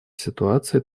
ситуации